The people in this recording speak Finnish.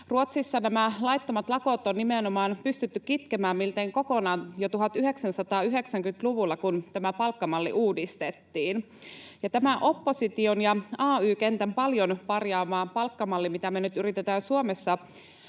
Ruotsissa nämä laittomat lakot on nimenomaan pystytty kitkemään miltei kokonaan jo 1990-luvulla, kun tämä palkkamalli uudistettiin, ja tämä opposition ja ay-kentän paljon parjaama palkkamalli, mitä me nyt yritetään Suomessa